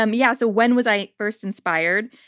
um yeah, so when was i first inspired?